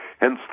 hence